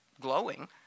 glowing